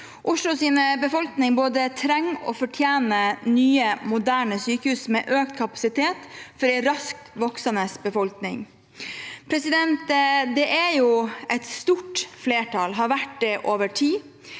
Oslos befolkning både trenger og fortjener nye, moderne sykehus med økt kapasitet for en raskt voksende befolkning. Det er det et stort flertall for, og det har vært det over tid,